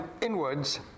inwards